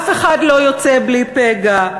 אף אחד לא יוצא בלי פגע: